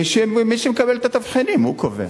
מי שמקבל את התבחינים, הוא קובע.